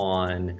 on